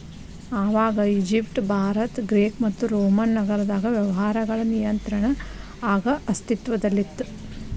ಆವಾಗ Egypt Bharat Greek ಮತ್ತು Roman ನಾಗರದಾಗ ವ್ಯವಹಾರಗಳ ನಿಯಂತ್ರಣ ಆಗ ಅಸ್ತಿತ್ವದಲ್ಲಿತ್ತ